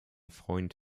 freund